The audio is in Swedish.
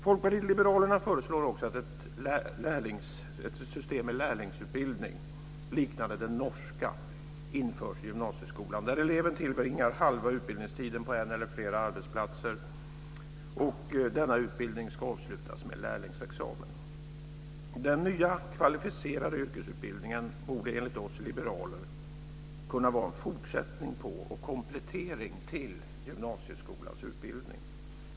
Folkpartiet liberalerna föreslår också att ett system med lärlingsutbildning liknande det norska införs i gymnasieskolan, där eleven tillbringar halva utbildningstiden på en eller flera arbetsplatser. Denna utbildning ska avslutas med lärlingsexamen. Den nya kvalificerade yrkesutbildningen borde enligt oss liberaler kunna vara en fortsättning på och komplettering till gymnasieskolans utbildning.